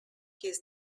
his